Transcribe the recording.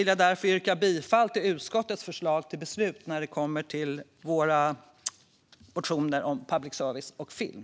Med det, herr talman, yrkar jag bifall till utskottets förslag till beslut när det kommer till våra motioner om public service och film.